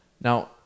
Now